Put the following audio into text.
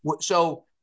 So-